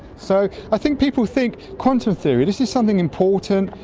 so i think people think quantum theory, this is something important,